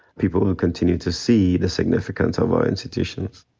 people will continue to see the significance of our institutions.